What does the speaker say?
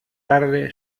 tarde